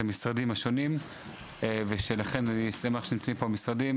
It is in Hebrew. המשרדים השונים ולכן אני שמח שנמצאים פה המשרדים.